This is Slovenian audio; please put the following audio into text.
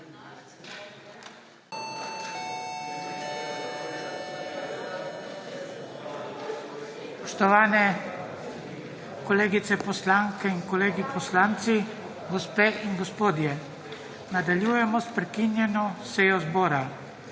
Spoštovane kolegice poslanke in kolegi poslanci, gospe in gospodje, nadaljujemo s prekinjeno sejo zbora.